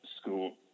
school